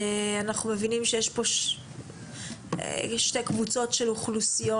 אנחנו מבינים שיש כאן שתי קבוצות של אוכלוסיות